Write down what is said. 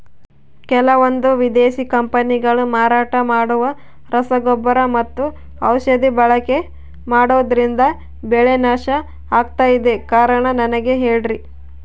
ಕೆಲವಂದು ವಿದೇಶಿ ಕಂಪನಿಗಳು ಮಾರಾಟ ಮಾಡುವ ರಸಗೊಬ್ಬರ ಮತ್ತು ಔಷಧಿ ಬಳಕೆ ಮಾಡೋದ್ರಿಂದ ಬೆಳೆ ನಾಶ ಆಗ್ತಾಇದೆ? ಕಾರಣ ನನಗೆ ಹೇಳ್ರಿ?